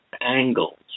angles